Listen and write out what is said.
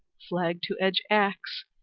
flag to edge axe,